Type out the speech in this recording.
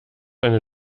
eine